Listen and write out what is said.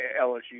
LSU